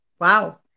wow